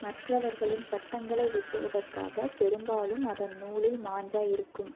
மற்றவர்களின் பட்டங்களை வெட்டுவதற்காக பெரும்பாலும் அதன் நூலில் மாஞ்சா இருக்கும்